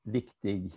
viktig